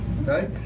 okay